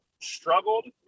struggled